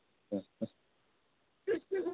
ꯑꯥ ꯑꯥ